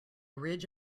ridge